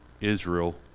Israel